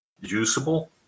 usable